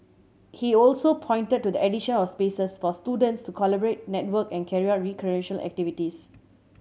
he also pointed to the addition of spaces for students to collaborate network and carry out recreational activities